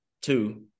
two